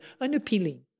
unappealing